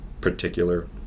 particular